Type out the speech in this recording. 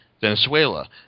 Venezuela